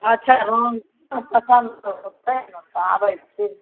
अच्छा हम छी सबटा शान्तसँ होयतैक हँ तऽ आबैत छी